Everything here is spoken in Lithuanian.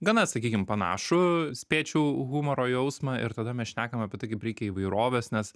gana sakykim panašų spėčiau humoro jausmą ir tada mes šnekam apie tai kaip reikia įvairovės nes